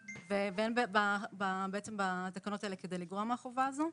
ואין בתקנות האלה כדי לגרוע מהחובה הזאת.